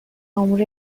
امور